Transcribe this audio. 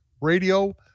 Radio